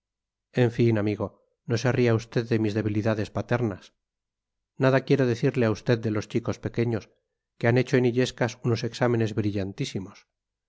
en fin amigo no se ría usted de mis debilidades paternas nada quiero decirle a usted de los chicos pequeños que han hecho en illescas unos exámenes brillantísimos